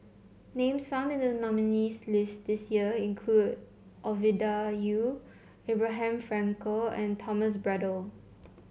names found in the nominees' list this year include Ovidia Yu Abraham Frankel and Thomas Braddell